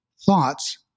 thoughts